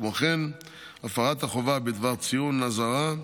כמו הפרת החובה בדבר ציון האזהרה,